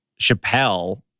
Chappelle